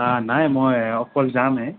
অঁ নাই মই অকল যামহে